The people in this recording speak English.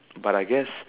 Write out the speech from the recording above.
but I guess